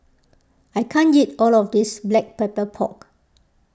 I can't eat all of this Black Pepper Pork